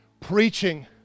preaching